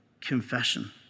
confession